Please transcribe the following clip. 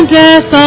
death